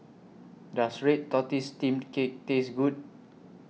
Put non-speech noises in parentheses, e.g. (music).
(noise) Does Red Tortoise Steamed Cake Taste Good